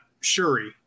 Shuri